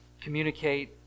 communicate